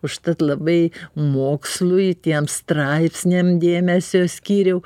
užtat labai mokslui tiem straipsniam dėmesio skyriau